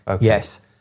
yes